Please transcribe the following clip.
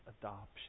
adoption